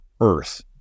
Earth